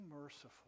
merciful